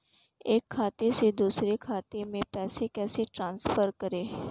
एक खाते से दूसरे खाते में पैसे कैसे ट्रांसफर करें?